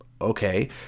Okay